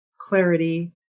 clarity